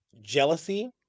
Jealousy